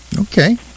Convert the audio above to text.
Okay